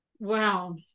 Wow